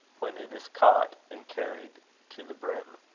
when it is caught, and carried to the brim.